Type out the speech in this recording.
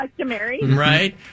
Right